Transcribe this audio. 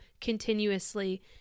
continuously